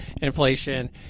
inflation